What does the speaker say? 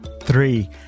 Three